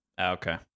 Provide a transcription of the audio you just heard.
Okay